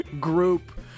group